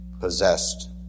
possessed